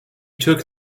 took